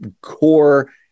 core